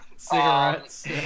Cigarettes